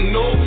no